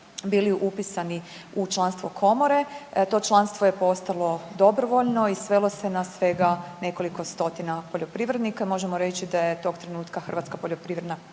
bili upisani u članstvo Komore to članstvo je postalo dobrovoljno i svelo se na svega nekoliko stotina poljoprivrednika. Možemo reći da je tog trenutka Hrvatska poljoprivredna